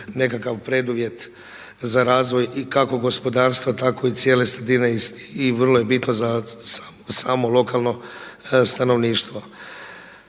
nekakav preduvjet za razvoj kako i gospodarstva tako i cijele sredine i vrlo je bitno za samo lokalno stanovništvo.